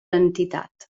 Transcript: entitat